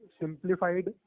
simplified